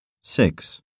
Six